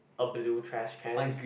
a blue trash can